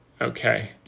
Okay